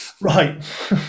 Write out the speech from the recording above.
Right